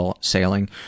sailing